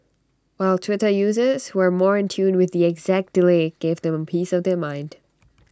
while Twitter users who were more in tune with the exact delay gave them A piece of their mind